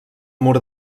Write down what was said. mur